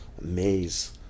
maze